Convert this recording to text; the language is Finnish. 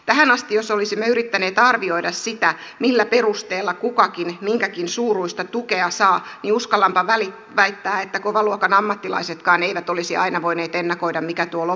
tähän asti jos olisimme yrittäneet arvioida sitä millä perusteella kukakin minkäkin suuruista tukea saa niin uskallanpa väittää että kovan luokan ammattilaisetkaan eivät olisi aina voineet ennakoida mikä tuo lopputulos on